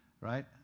right